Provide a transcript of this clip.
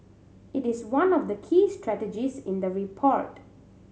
it is one of the key strategies in the report